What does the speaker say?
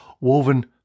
woven